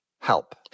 help